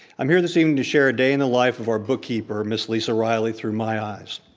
i'm here this evening to share a day in the life of our bookkeeper, miss lisa riley, through my eyes.